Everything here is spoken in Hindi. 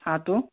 हाँ तो